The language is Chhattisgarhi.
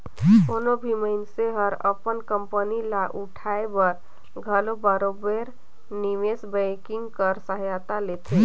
कोनो भी मइनसे हर अपन कंपनी ल उठाए बर घलो बरोबेर निवेस बैंकिंग कर सहारा लेथे